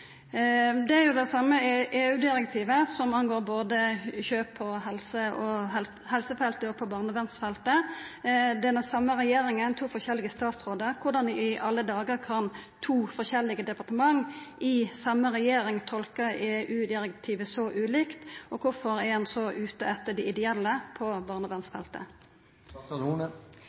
kjøp på både helsefeltet og barnevernsfeltet. Det er den same regjeringa, men to forskjellige statsrådar: Korleis i alle dagar kan to forskjellige departement i den same regjeringa tolka EU-direktivet så ulikt, og kvifor er ein ute etter å ta dei ideelle på barnevernsfeltet?